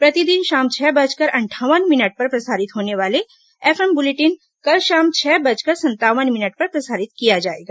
प्रतिदिन शाम छह बजकर अंठावन मिनट पर प्रसारित होने वाले एफएम बुलेटिन कल शाम छह बजकर संतावन मिनट पर प्रसारित किया जाएगा